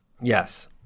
Yes